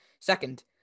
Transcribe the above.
second